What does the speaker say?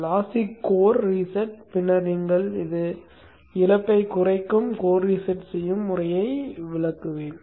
lassi core reset பின்னர் நீங்கள் இழப்பைக் குறைக்கும் கோர் ரீசெட் செய்யும் முறையை விளக்குகிறேன்